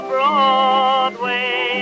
Broadway